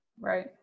Right